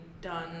done